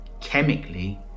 chemically